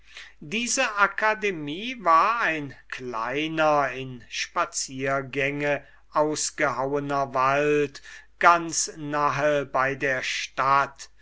diese akademie war ein kleiner in spaziergänge ausgehauener wald ganz nahe bei der stadt